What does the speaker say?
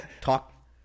Talk